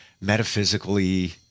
metaphysically